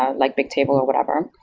ah like bigtable or whatever.